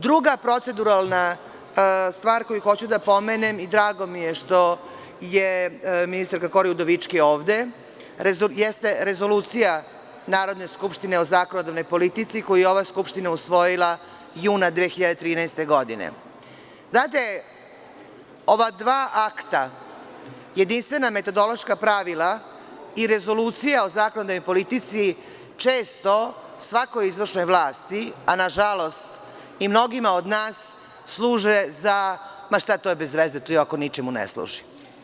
Druga proceduralna stvar koju hoću da pomenem i drago mi je što je ministarka Kori Udovički ovde, jeste Rezolucija Narodne skupštine o zakonodavnoj politici koju je ova Skupština usvojila juna 2013. godine, ova dva akta, jedinstvena metodološka pravila i Rezolucija o zakonodavnoj politici često svakoj izvršnoj vlasti, a nažalost i mnogima od nas, služe za – ma šta, to je bez veze, to i ovako ničemu ne služi.